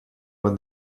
what